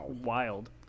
wild